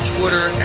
Twitter